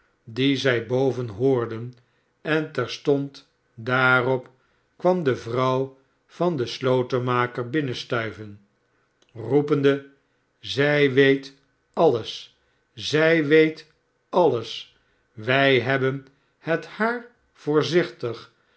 dien zij boven hoorden en terstond daarop kwam de vrouw van den slotenmaker binnenstuiven roepende zij weet alles zij weet alles wij hebben het haar voorzichtig